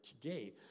today